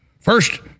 first